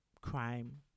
crime